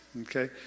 Okay